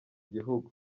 gihugu